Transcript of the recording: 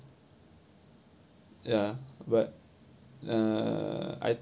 ya but uh I